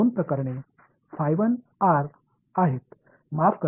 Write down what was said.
மாணவர் r